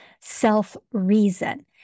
self-reason